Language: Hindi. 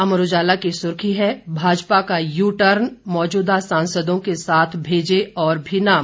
अमर उजाला की सुर्खी है भाजपा का यू टर्न मौजूदा सांसदों के साथ भेजे और भी नाम